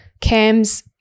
Cam's